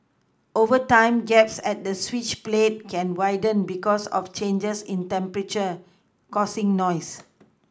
over time gaps at the switch plate can widen because of changes in temperature causing noise